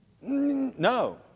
No